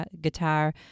guitar